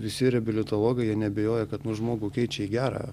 visi reabilitologai jie neabejoja kad nu žmogų keičia į gerą